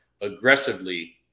aggressively